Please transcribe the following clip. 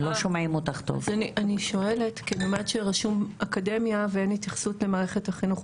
אני שואלת כי אני אומרת שרשום אקדמיה ואין התייחסות למערכת החינוך,